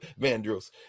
Vandross